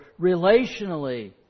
relationally